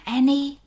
Annie